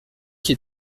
qui